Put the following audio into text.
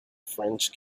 french